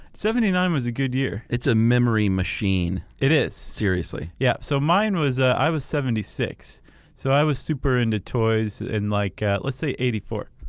seventy nine was a good year. it's a memory machine. it is. seriously. yeah, so mine was, i was seventy six so i was super into toys in like let's say eighty four